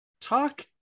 talk